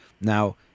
Now